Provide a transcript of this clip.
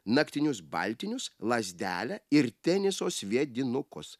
naktinius baltinius lazdelę ir teniso sviedinukus